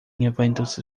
eventos